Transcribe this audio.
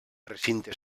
recinte